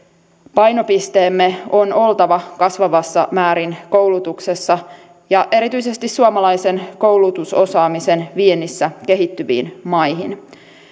painopisteemme on oltava kasvavassa määrin koulutuksessa ja erityisesti suomalaisen koulutusosaamisen viennissä kehittyviin maihin